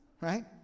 Right